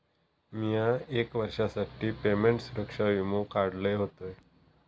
मिया एक वर्षासाठी पेमेंट सुरक्षा वीमो काढलय होतय